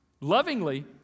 lovingly